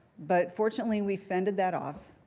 but fortunately we fended that off.